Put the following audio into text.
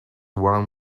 one